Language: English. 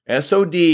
SOD